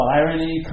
irony